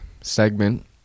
segment